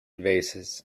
vases